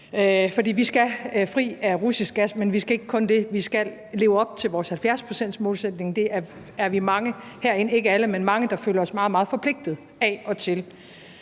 fordi vi skal fri af russisk gas, men vi skal ikke kun det. Vi skal leve op til vores 70-procentsmålsætning. Det er vi mange herinde, ikke alle, der føler os meget, meget forpligtede af og til.